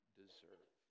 deserve